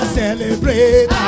celebrate